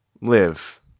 live